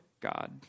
God